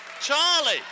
Charlie